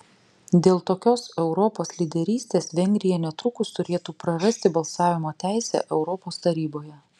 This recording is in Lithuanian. dėl tokios europos lyderystės vengrija netrukus turėtų prarasti balsavimo teisę europos taryboje